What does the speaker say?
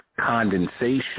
condensation